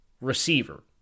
receiver